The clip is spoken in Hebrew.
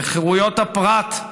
לחירויות הפרט,